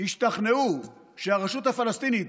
ישתכנעו שהרשות הפלסטינית